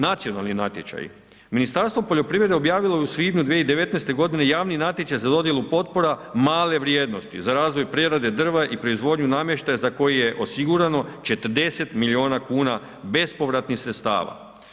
Nacionalni natječaj, Ministarstvo poljoprivrede objavilo je u svibnju 2019. godine javni natječaj za dodjelu potpora male vrijednosti za razvoj prerade drva i proizvodnju namještaja za koju je osigurano 40 milijuna kuna bespovratnih sredstava.